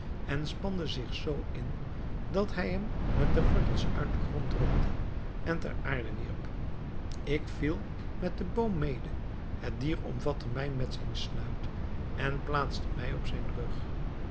en spande zich zoo in dat hij hem met de wortels uit den grond rukte en ter aarde wierp ik viel met den boom mede het dier omvatte mij met zijn snuit en plaatste mij op zijn rug